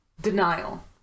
denial